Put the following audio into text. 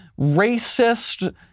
racist